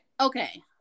Okay